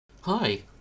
Hi